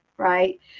right